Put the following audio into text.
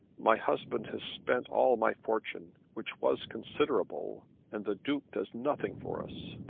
my husband has spent all my fortune which was considerable and the duke does nothing for us.